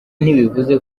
ntibivuze